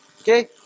okay